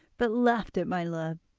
but laughed at my love,